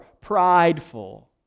prideful